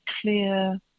clear